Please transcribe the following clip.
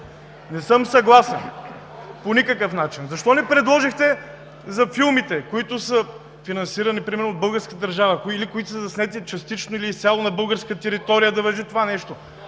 Не съм съгласен по никакъв начин. Защо не предложихте за филмите, които са финансирани примерно от българската държава или които са заснети частично или изцяло на българска територия, да важи това нещо?!